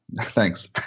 Thanks